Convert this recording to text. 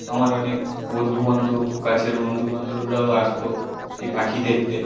আমার অনেক বন্ধুবান্ধব কাছের বন্ধুবান্ধবরাও আসত এই পাখি দেখতে